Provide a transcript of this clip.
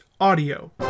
audio